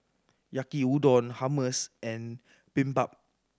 Yaki Udon Hummus and Bibimbap